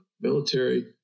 military